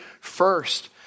first